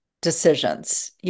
decisions